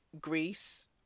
Greece